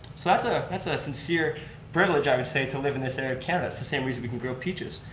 so that's ah a ah sincere privilege i would say to live in this area of canada. it's the same reason we can grow peaches.